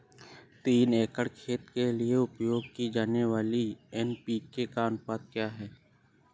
तीन एकड़ खेत के लिए उपयोग की जाने वाली एन.पी.के का अनुपात क्या है?